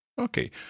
Okay